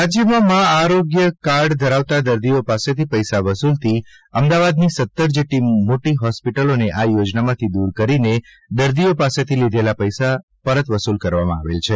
byte રાજયમાં મા આરોગ્ય કાર્ડ ધરાવતા દર્દીઓ પાસેથી પૈસા વસુલતી અમદાવાદની સત્તર જેવી મોટી હોસ્પિટલોને આ યોજનામાંથી દૂર કરી દર્દીઓ પાસેથી લીધેલા પૈસા પરત વસુલ કરવામાં આવેલ છે